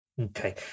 Okay